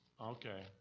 Okay